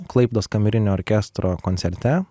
klaipėdos kamerinio orkestro koncerte